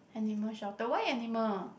animal shelter why animal